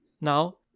now